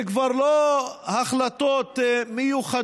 זה כבר לא החלטות מיוחדות